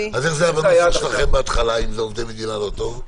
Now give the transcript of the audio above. בנוסח שלכם בהתחלה עם עובדי מדינה זה לא טוב?